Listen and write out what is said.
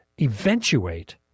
eventuate